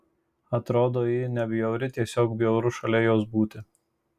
atrodo ji nebjauriai tiesiog bjauru šalia jos būti